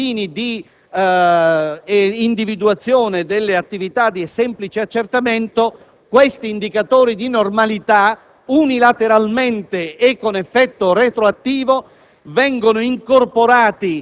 invece di un utilizzo a fini di individuazione delle attività di semplice accertamento, questi indicatori di normalità, unilateralmente e con effetto retroattivo,